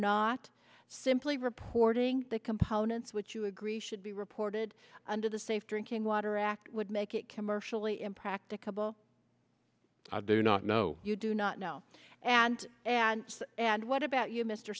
not simply reporting the components which you agree should be reported under the safe drinking water act would make it commercially impracticable i do not know you do not know and and and what about you mr